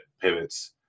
pivots